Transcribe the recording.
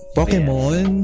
Pokemon